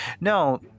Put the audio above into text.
No